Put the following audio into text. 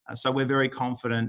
and so, we're very confident